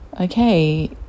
okay